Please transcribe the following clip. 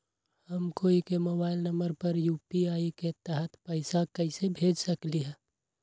हम कोई के मोबाइल नंबर पर यू.पी.आई के तहत पईसा कईसे भेज सकली ह?